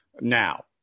Now